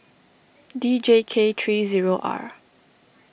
D J K three zero R